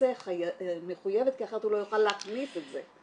המייצא מחויבת כי אחרת הוא לא יוכל להכניס את זה.